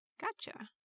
Gotcha